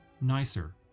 nicer